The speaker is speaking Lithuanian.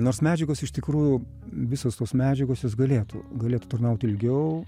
nors medžiagos iš tikrųjų visos tos medžiagos jos galėtų galėtų tarnauti ilgiau